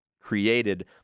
created